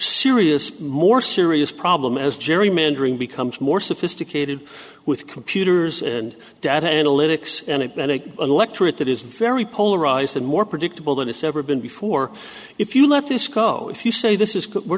serious more serious problem as gerrymandering becomes more sophisticated with computers and data analytics and it benteke an electorate that is very polarized and more predictable than it's ever been before if you let this go if you say this is we're